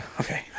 Okay